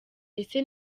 ese